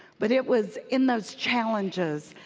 but it was in those challenges,